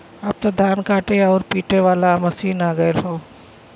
अब त धान काटे आउर पिटे वाला मशीन आ गयल हौ